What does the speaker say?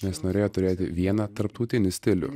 nes norėjo turėti vieną tarptautinį stilių